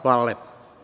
Hvala lepo.